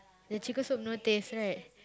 the chicken soup no taste right